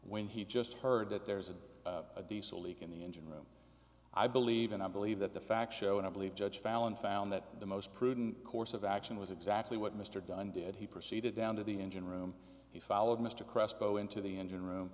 when he just heard that there's a diesel leak in the engine room i believe and i believe that the fact show and i believe judge fallon found that the most prudent course of action was exactly what mr dunn did he proceeded down to the engine room he followed mr crespo into the engine room